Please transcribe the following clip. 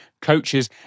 coaches